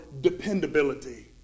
dependability